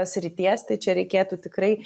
srities tai čia reikėtų tikrai